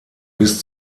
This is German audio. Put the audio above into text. bis